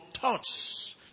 thoughts